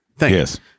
Yes